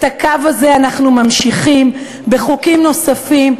את הקו הזה אנחנו ממשיכים בחוקים נוספים,